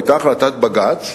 היתה החלטת בג"ץ,